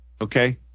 Okay